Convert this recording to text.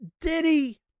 Diddy